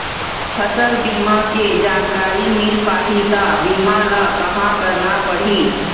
फसल बीमा के जानकारी मिल पाही ता बीमा ला कहां करना पढ़ी?